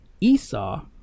Esau